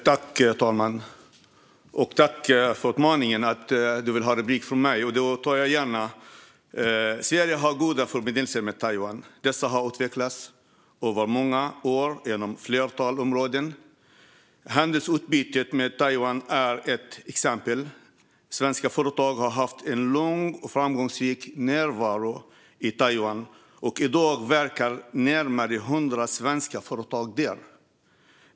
Herr talman! Jag tackar för Markus Wiechels uppmaning att begära replik. Det gör jag gärna. Sverige har goda förbindelser med Taiwan. Dessa har utvecklats över många år inom ett flertal områden. Handelsutbytet med Taiwan är ett exempel. Svenska företag har haft en lång och framgångsrik närvaro i Taiwan, och i dag verkar närmare hundra svenska företag där.